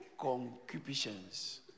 concupiscence